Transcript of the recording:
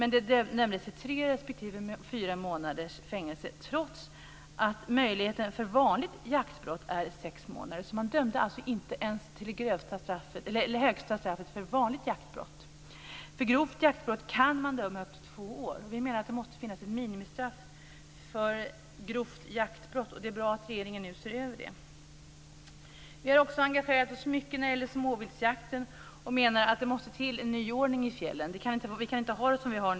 Men det dömdes till tre respektive fyra månaders fängelse trots att möjligheten för vanligt jaktbrott är sex månader. Man dömde alltså inte ens till det högsta straffet för vanligt jaktbrott. För grovt jaktbrott kan man döma upp till två år. Det är bra att regeringen nu ser över det.